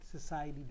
society